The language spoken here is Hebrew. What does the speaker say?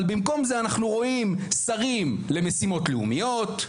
אבל במקום זה אנחנו רואים שרים למשימות לאומיות,